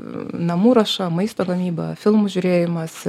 namų ruoša maisto gamyba filmų žiūrėjimas